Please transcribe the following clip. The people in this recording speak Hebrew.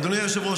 אדוני היושב-ראש,